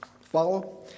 follow